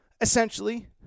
essentially